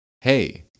hey